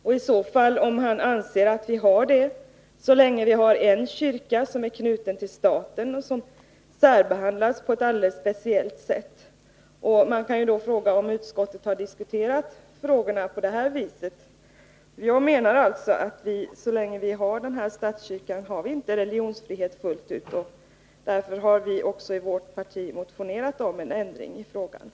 Och anser han i så fall att vi har det så länge det finns en kyrka som är knuten till staten och särbehandlad på ett alldeles särskilt sätt? Man kan fråga om utskottet har diskuterat frågan på detta sätt. Jag menar alltså, att så länge vi har denna statskyrka kvar har vi inte religionsfrihet fullt ut. Därför har vi också från vårt parti motionerat om en ändring i detta förhållande.